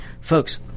Folks